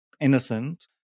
innocent